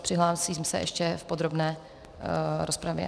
Přihlásím se ještě v podrobné rozpravě.